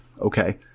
Okay